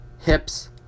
hips